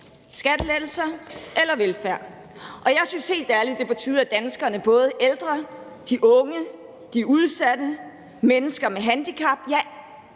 Skattelettelser eller velfærd. Og jeg synes helt ærligt, det er på tide, at danskerne, både de ældre, de unge, de udsatte, mennesker med handicap, ja,